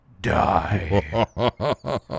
Die